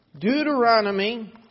Deuteronomy